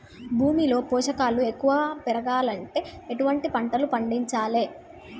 భూమిలో పోషకాలు ఎక్కువగా పెరగాలంటే ఎటువంటి పంటలు పండించాలే?